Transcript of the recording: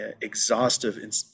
exhaustive